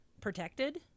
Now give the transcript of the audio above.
protected